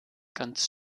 ganz